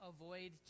avoid